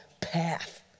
path